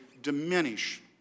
diminish